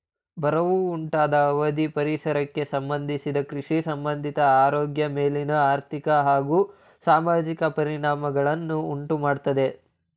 ಬರವು ಉಂಟಾದ ಅವಧಿ ಪರಿಸರಕ್ಕೆ ಸಂಬಂಧಿಸಿದ ಕೃಷಿಸಂಬಂಧಿತ ಆರೋಗ್ಯ ಮೇಲಿನ ಆರ್ಥಿಕ ಹಾಗೂ ಸಾಮಾಜಿಕ ಪರಿಣಾಮಗಳನ್ನು ಉಂಟುಮಾಡ್ತವೆ